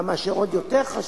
ומה שעוד יותר חשוב,